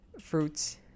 fruits